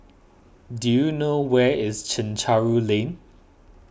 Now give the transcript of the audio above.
do you know where is Chencharu Lane